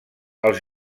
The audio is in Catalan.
als